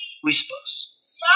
whispers